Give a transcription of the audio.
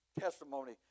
testimony